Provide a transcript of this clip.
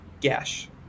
Gash